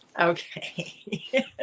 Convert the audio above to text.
Okay